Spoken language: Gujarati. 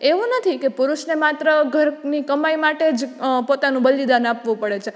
એવું નથી કે પુરુષને માત્ર ઘરની કમાઈ માટે જ પોતાનું બલિદાન આપવું પડે છે